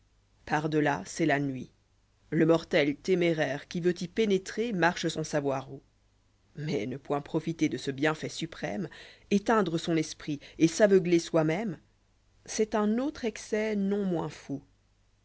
minière par-delà c'est la nuit lé mortel téméraire qui vent y pénétrer marche sans savoir où mais ne point profiter de ce bienfait suprême éteindre son esprit et s'aveugler soi-même c'est un autre excès non moins fou